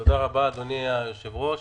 תודה רבה, אדוני היושב-ראש.